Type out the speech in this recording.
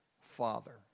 Father